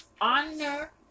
Honor